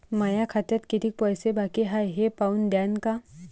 माया खात्यात कितीक पैसे बाकी हाय हे पाहून द्यान का?